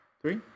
Three